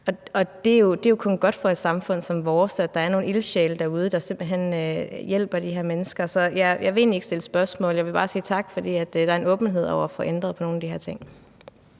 Det er jo kun godt for et samfund som vores, at der er nogle ildsjæle derude, der simpelt hen hjælper de her mennesker. Så jeg vil egentlig ikke stille et spørgsmål. Jeg vil bare sige tak, fordi der er en åbenhed over for at få ændret på nogle af de her ting.